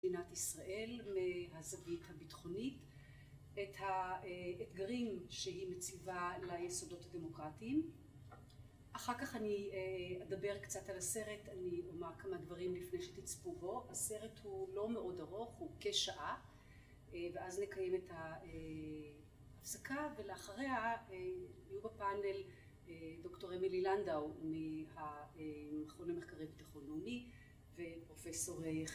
‫במדינת ישראל, מהזווית הביטחונית, ‫את האתגרים שהיא מציבה ‫ליסודות הדמוקרטיים. ‫אחר כך אני אדבר קצת על הסרט, ‫אני אומר כמה דברים לפני שתצפו בו. ‫הסרט הוא לא מאוד ארוך, הוא כשעה, ‫ואז נקיים את ההפסקה, ‫ולאחריה יהיו בפאנל ‫דוקטור אמילי לנדאו ‫מהמכון המחקרי לביטחון לאומי, ‫ופרופסור יח..